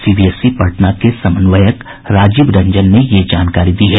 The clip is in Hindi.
सीबीएसई पटना के समन्वयक राजीव रंजन ने ये जानकारी दी है